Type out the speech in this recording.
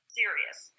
serious